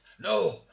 No